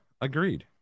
agreed